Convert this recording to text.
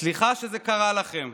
סליחה שזה קרה לכם.